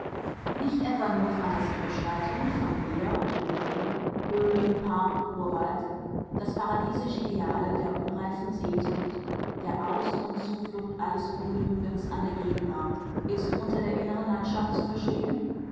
nicht etwa nur phantasiegestaltung von meer und gebirge höhle park urwald das paradiesisch ideale der unreifen sehnsucht der ausund zuflucht alles ungenügens an der gegenwart ist unter der inneren landschaft zu verstehen